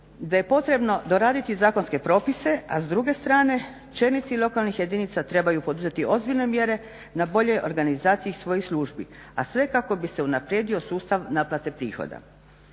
je potrebno doraditi zakonske propise, a s druge strane čelnici lokalnih jedinica trebaju poduzeti ozbiljne mjere na boljoj organizaciji svojih službi, a sve kako bi se unaprijedio sustav naplate prihoda.